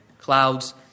clouds